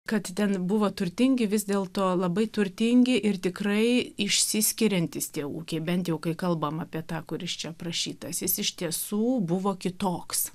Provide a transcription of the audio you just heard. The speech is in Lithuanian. kad ten buvo turtingi vis dėl to labai turtingi ir tikrai išsiskiriantys tie ūkiai bent jau kai kalbam apie tą kuris čia aprašytas jis iš tiesų buvo kitoks